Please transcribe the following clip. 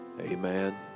Amen